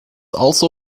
also